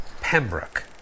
Pembroke